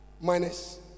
minus